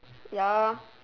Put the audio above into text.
ya